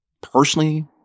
personally